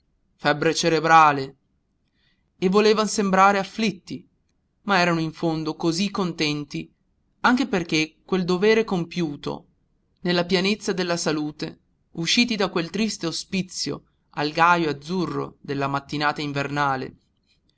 febbre cerebrale e volevan sembrare afflitti ma erano in fondo così contenti anche per quel dovere compiuto nella pienezza della salute usciti da quel triste ospizio al gajo azzurro della mattinata invernale